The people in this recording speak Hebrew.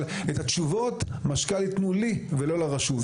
אבל את התשובות משכ"ל יתנו לי ולא לרשות.